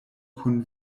kun